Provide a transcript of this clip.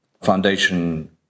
foundation